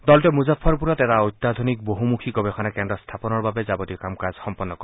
দলটোৱে মুজফফৰপূৰত এটা অত্যাধনিক বহুমুখী গৱেষণা কেন্দ্ৰ স্থাপনৰ বাবে যাৱতীয় কাম কাজ সম্পন্ন কৰিব